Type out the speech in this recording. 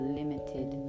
limited